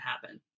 happen